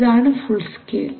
ഇതാണ് full scale